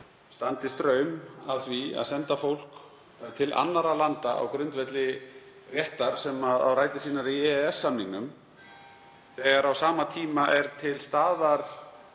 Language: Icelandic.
standi straum af því að senda fólk til annarra landa á grundvelli réttar sem á rætur sínar í EES-samningnum, þegar á sama tíma er til staðar